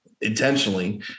Intentionally